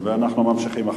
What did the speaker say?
ואחר נמשיך.